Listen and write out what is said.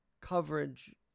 Coverage